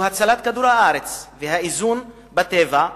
שהוא הצלת כדור-הארץ והאיזון בטבע,